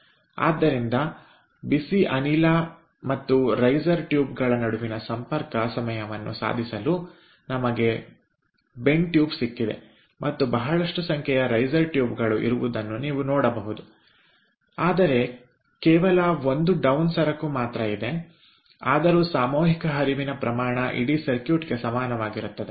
ಆದ್ದರಿಂದ ಬಿಸಿ ಅನಿಲ ಮತ್ತು ರೈಸರ್ ಟ್ಯೂಬ್ಗಳ ನಡುವಿನ ಸಂಪರ್ಕ ಸಮಯವನ್ನು ಸಾಧಿಸಲು ನಮಗೆ ಬೆಂಡ್ ಟ್ಯೂಬ್ ಸಿಕ್ಕಿದೆ ಮತ್ತು ಬಹಳಷ್ಟು ಸಂಖ್ಯೆಯ ರೈಸರ್ ಟ್ಯೂಬ್ ಗಳು ಇರುವುದನ್ನು ನೀವು ನೋಡಬಹುದು ಆದರೆ ಕೇವಲ ಒಂದು ಕೆಳ ಬರುವ ಸರಕು ಮಾತ್ರ ಇದೆ ಆದರೂ ಸಾಮೂಹಿಕ ಹರಿವಿನ ಪ್ರಮಾಣ ಇಡೀ ಸರ್ಕ್ಯೂಟ್ಗೆ ಸಮಾನವಾಗಿರುತ್ತದೆ